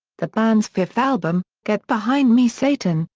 the band's fifth album, get behind me satan,